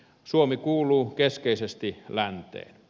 suomi kuuluu keskeisesti länteen